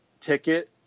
ticket